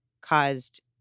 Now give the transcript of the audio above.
caused